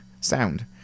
sound